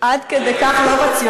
אנחנו אנשים עד כדי כך לא רציונליים?